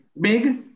big